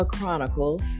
Chronicles